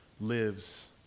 lives